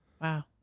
wow